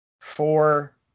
four